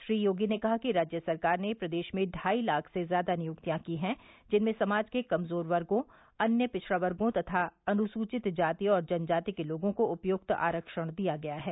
श्री योगी ने कहा कि राज्य सरकार ने प्रदेश में ढाई लाख से ज्यादा नियुक्तियां की हैं जिनमें समाज के कमजोर वर्गो अन्य पिछड़ा वर्गो तथा अनुसूचित जाति और जनजाति के लोगों को उपयुक्त आरक्षण दिया गया है